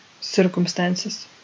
circumstances